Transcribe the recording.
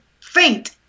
faint